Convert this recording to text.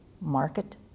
market